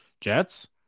jets